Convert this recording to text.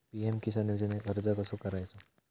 PM Kisan योजनेक अर्ज कसो करायचो?